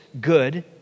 good